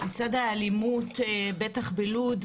צד האלימות, בטח בלוד.